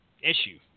issue